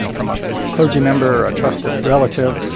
from a clergy member or a trusted relative,